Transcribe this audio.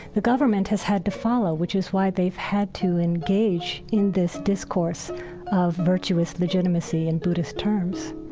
the government has had to follow, which is why they've had to engage in this discourse of virtuous legitimacy in buddhist terms